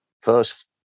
first